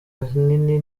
ahanini